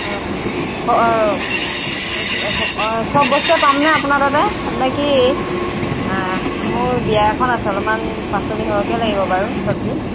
অঁ চব বস্তুৱে পামনে আপোনাৰ তাতে তাৰমানে কি মোৰ বিয়া এখন আছে অলপমান পাচলি সৰহকৈ লাগিব বাৰু চব্জি